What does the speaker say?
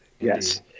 yes